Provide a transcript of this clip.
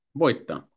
voittaa